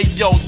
yo